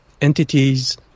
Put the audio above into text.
entities